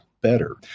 better